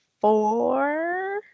four